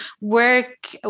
work